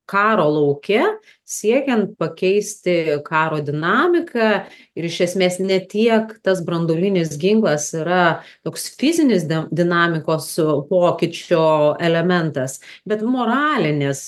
karo lauke siekiant pakeisti karo dinamiką ir iš esmės ne tiek tas branduolinis ginklas yra toks fizinis dė dinamikos pokyčio elementas bet moralinis